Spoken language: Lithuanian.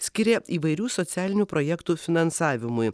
skiria įvairių socialinių projektų finansavimui